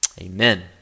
Amen